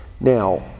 Now